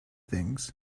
things